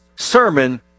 sermon